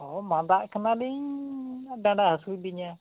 ᱦᱳᱭ ᱢᱟᱫᱟᱜ ᱠᱟᱱᱟᱞᱤᱧ ᱰᱟᱸᱰᱟ ᱦᱟᱹᱥᱩᱭᱮᱜ ᱞᱤᱧᱟᱹ